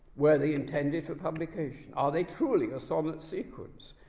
were they intended for publication? are they truly a sonnet sequence,